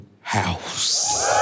house